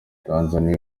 tanzania